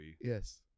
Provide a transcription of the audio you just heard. Yes